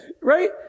right